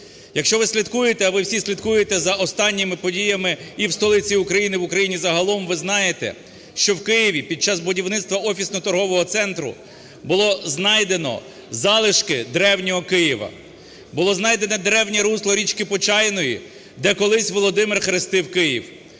Якщо ви слідкуєте, а ви всі слідкуєте за останніми подіями і в столиці України, і в Україні загалом, ви знаєте, що в Києві під час будівництва офісно-торгового центру було знайдено залишки Древнього Києва. Було знайдено древнє русло річки Почайної, де колись Володимир хрестив Київ.